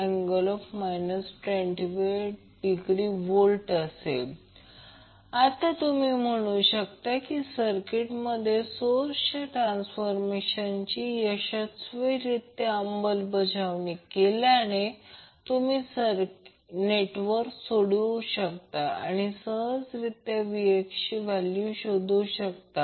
519∠ 28°V आता तुम्ही म्हणू शकता की सर्किटमध्ये सोर्सच्या ट्रान्सफारमेशनची यशस्वीरित्या अंमलबजावणी केल्याने तुम्ही नेटवर्क सोडवू शकता आणि सहजरीत्या Vx ची व्हॅल्यू शोधू शकता